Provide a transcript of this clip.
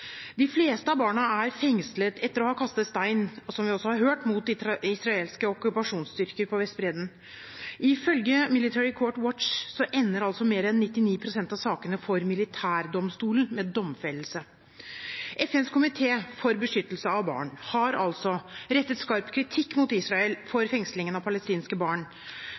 De fleste av barna er fengslet etter å ha kastet stein, som vi også har hørt, mot israelske okkupasjonsstyrker på Vestbredden. Ifølge Military Court Watch ender mer enn 99 pst. av sakene for militærdomstolen med domfellelse. FNs komité for beskyttelse av barn har altså rettet skarp kritikk mot Israel for fengslingen av palestinske barn.